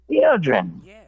children